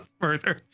further